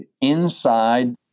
inside